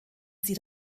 sie